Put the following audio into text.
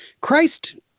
Christ